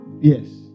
Yes